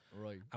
right